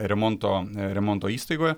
remonto remonto įstaigoje